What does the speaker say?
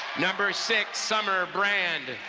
number six summer brand.